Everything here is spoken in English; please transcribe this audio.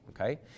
Okay